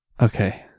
Okay